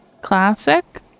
Classic